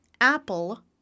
apple